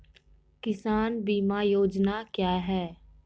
किसान बीमा योजना क्या हैं?